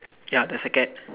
ya there's a cat